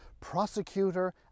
prosecutor